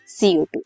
CO2